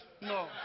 No